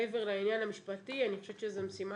מעבר לעניין המשפטי אני חושבת שזו משימה